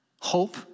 hope